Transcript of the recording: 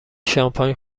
شانپاین